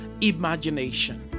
imagination